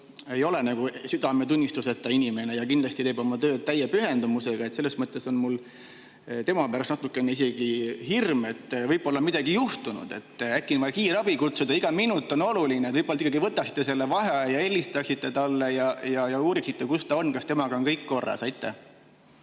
ei ole nagu südametunnistuseta inimene ja kindlasti teeb oma tööd täie pühendumusega. Selles mõttes on mul tema pärast isegi natukene hirm: võib-olla on midagi juhtunud, äkki on vaja kiirabi kutsuda ja iga minut on oluline. Te ehk ikkagi võtaksite vaheaja, helistaksite talle ja uuriksite, kus ta on, kas temaga on kõik korras. Aitäh!